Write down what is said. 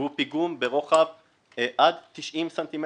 והוא פיגום ברוחב עד 90 ס"מ,